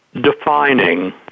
defining